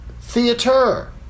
theater